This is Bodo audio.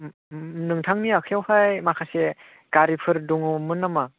नोंथांनि आखाइयावहाय माखासे गारिफोर दङमोन नामा